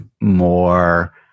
more